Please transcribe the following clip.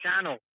channel